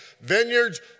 vineyards